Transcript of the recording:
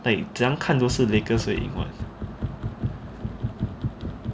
like 怎样看都是 lakers 会赢 [what]